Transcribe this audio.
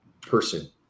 person